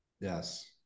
Yes